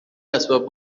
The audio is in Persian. اسباب